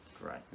Great